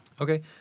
okay